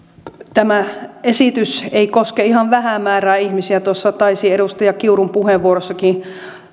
tämä esitys ei koske ihan vähää määrää ihmisiä tuossa taisi edustaja kiurun puheenvuorossakin